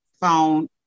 phone